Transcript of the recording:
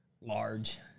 large